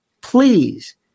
please